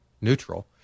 neutral